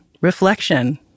reflection